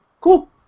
cool